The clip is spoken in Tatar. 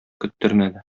көттермәде